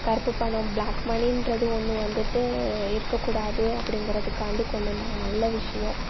கருப்பு பணம் ப்ளாக்மணின்றது ஒன்று வந்துவிட்டு இருக்கக்கூடாது அப்படிங்கிறதுக்காண்டி கொண்டு வந்தாங்க நல்ல விஷயம்